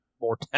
more